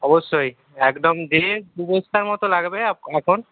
অবশ্যই একদম দিয়ে দু বস্তার মতো লাগবে এখন